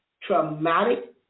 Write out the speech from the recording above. traumatic